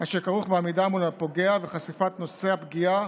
אשר כרוך בעמידה מול הפוגע וחשיפת נושא הפגיעה